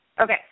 Okay